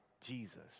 Jesus